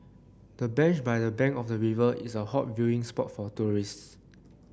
the bench by the bank of the river is a hot viewing spot for tourists